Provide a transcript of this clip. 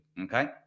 okay